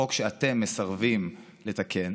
החוק שאתם מסרבים לתקן.